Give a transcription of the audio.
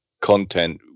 content